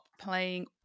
playing